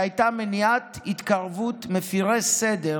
שהייתה מניעת התקרבות מפירי סדר